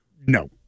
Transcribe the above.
no